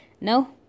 No